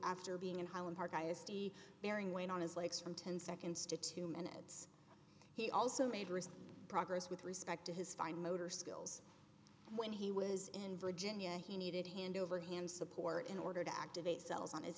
after being in highland park bearing weight on his legs from ten seconds to two minutes he also made progress with respect to his fine motor skills when he was in virginia he needed hand over hand support in order to activate cells on